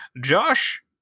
Josh